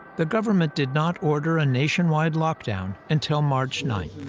the government did not order a nationwide lockdown until march nine.